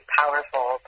powerful